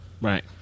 right